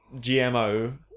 GMO